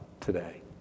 today